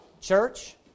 church